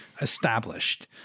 established